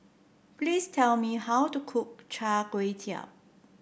please tell me how to cook Char Kway Teow